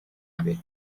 imbere